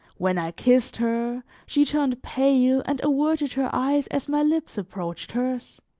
when i kissed her, she turned pale and averted her eyes as my lips approached hers